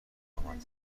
مینامد